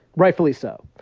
rightfully so.